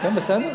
לא, בסדר.